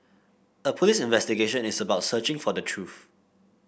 a police investigation is about searching for the truth